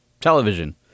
television